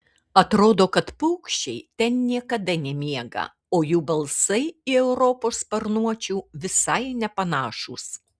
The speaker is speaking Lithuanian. atrodo kad paukščiai ten niekada nemiega o jų balsai į europos sparnuočių visai nepanašūs